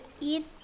eat